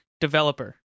developer